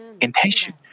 intention